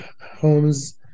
homes